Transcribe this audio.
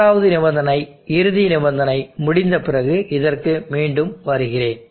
மூன்றாவது நிபந்தனை இறுதி நிபந்தனை முடிந்த பிறகு இதற்கு மீண்டும் வருகிறேன்